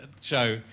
show